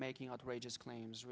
making outrageous claims